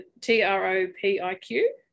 t-r-o-p-i-q